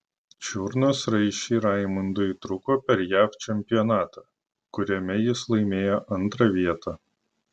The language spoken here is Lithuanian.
čiurnos raiščiai raimundui įtrūko per jav čempionatą kuriame jis laimėjo antrą vietą